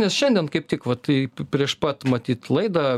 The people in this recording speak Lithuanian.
nes šiandien kaip tik vat į prieš pat matyt laidą